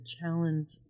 challenge